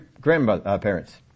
grandparents